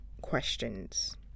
questions